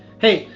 hey,